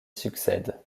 succède